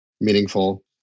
meaningful